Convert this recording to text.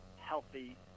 healthy